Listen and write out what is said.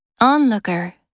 Onlooker